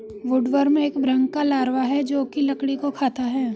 woodworm एक भृंग का लार्वा है जो की लकड़ी को खाता है